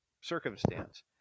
circumstance